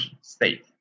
state